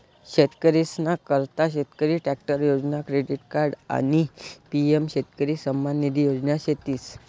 शेतकरीसना करता शेतकरी ट्रॅक्टर योजना, क्रेडिट कार्ड आणि पी.एम शेतकरी सन्मान निधी योजना शेतीस